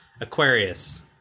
Aquarius